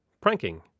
pranking